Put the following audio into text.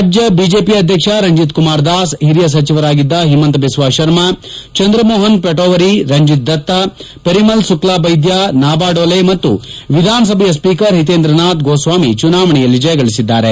ರಾಜ್ಯ ಬಿಜೆಪಿ ಅಧ್ಯಕ್ಷ ರಂಜಿತ್ ಕುಮಾರ್ ದಾಸ್ ಹಿರಿಯ ಸಚಿವರಾಗಿದ್ದ ಹಿಮಂತ ಬಿಸ್ವಾ ಶರ್ಮಾ ಚಂದ್ರ ಮೋಹನ್ ಪಟೋವರಿ ರಂಜಿತ್ ದತ್ತಾ ಪರಿಮಲ್ ಸುಕ್ಲಾಟೈದ್ಯ ನಾಬಾ ಡೋಲೆ ಮತ್ತು ವಿಧಾನಸಭೆಯ ಸ್ವೀಕರ್ ಹಿತೇಂದ್ರ ನಾಥ್ ಗೋಸ್ವಾಮಿ ಚುನಾವಣೆಯಲ್ಲಿ ಜಯಗಳಿಸಿದ್ದಾರೆ